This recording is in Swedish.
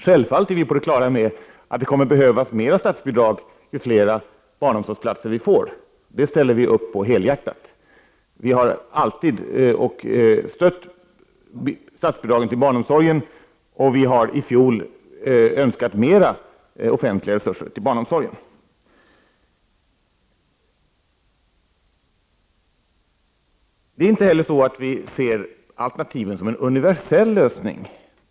Självfallet är vi på det klara med att det kommer att behövas mera statsbidrag ju fler barnomsorgsplatser det blir — det ställer vi helhjärtat upp på. Vi har alltid stött statsbidragen till barnomsorgen, och vi önskade i fjol mera offentliga resurser till barnomsorgen. Det är inte heller så att vi ser alternativen som en universell lösning.